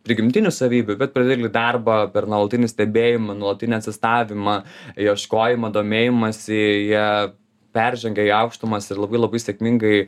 prigimtinių savybių bet per didelį darbą per nuolatinį stebėjimą nuolatinį asistavimą ieškojimą domėjimąsi jie peržengia į aukštumas ir labai labai sėkmingai